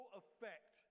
effect